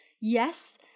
Yes